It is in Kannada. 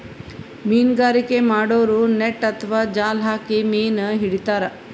ಮೀನ್ಗಾರಿಕೆ ಮಾಡೋರು ನೆಟ್ಟ್ ಅಥವಾ ಜಾಲ್ ಹಾಕಿ ಮೀನ್ ಹಿಡಿತಾರ್